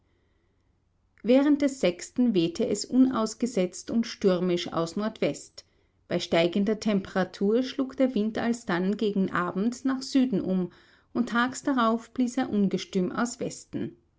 während des sechsten wehte es unausgesetzt und stürmisch aus nordwest bei steigender temperatur schlug der wind alsdann gegen abend nach süden um und tags darauf blies er ungestüm aus westen